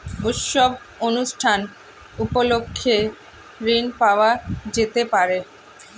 উৎসব অনুষ্ঠান উপলক্ষে ঋণ পাওয়া যেতে পারে?